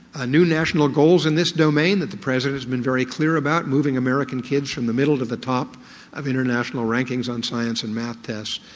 ah new national goals in this domain that the president has been very clear about, moving american kids from the middle to the top of international rankings on science and maths tests,